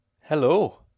Hello